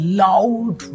loud